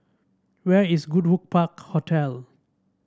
where is Goodwood Park Hotel